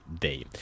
day